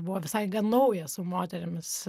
buvo visai nauja su moterimis